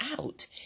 out